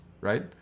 right